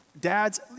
dads